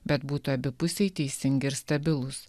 bet būtų abipusiai teisingi ir stabilūs